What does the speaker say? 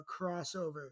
crossover